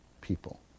people